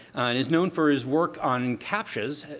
and is known for his work on captchas.